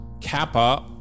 Kappa